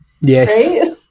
Yes